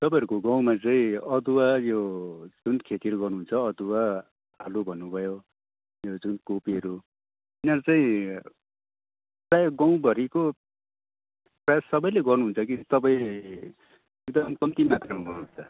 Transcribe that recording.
तपाईँहरूको गाउँमा चाहिँ अदुवा यो जुन खेतीहरू गर्नुहुन्छ अदुवा आलु भन्नुभयो यो जुन कोपीहरू यिनीहरू चाहिँ प्रायः गाउँभरिको प्रायः सबैले गर्नुहुन्छ कि तपाईँ एकदम कम्ती मात्रामा गर्नुहुन्छ